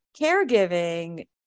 caregiving